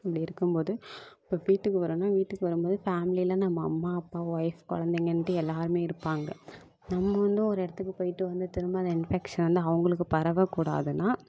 அப்படி இருக்கும் போது இப்போ வீட்டுக்கு வர்றோம்னா வீட்டுக்கு வரும்போது ஃபேம்லியில் நம்ம அம்மா அப்பா ஒய்ஃப் குழந்தைங்கன்ட்டு எல்லோருமே இருப்பாங்க நம்ம வந்து ஒரு இடத்துக்கு போய்ட்டு வந்து திரும்ப வந்து இன்ஃபெக்ஷன் வந்தால் அவங்களுக்கு பரவக்கூடாதுனா